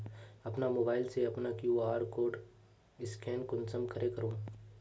अपना मोबाईल से अपना कियु.आर कोड स्कैन कुंसम करे करूम?